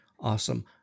awesome